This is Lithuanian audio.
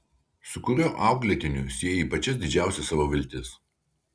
su kuriuo auklėtiniu sieji pačias didžiausias savo viltis